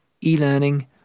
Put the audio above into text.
e-learning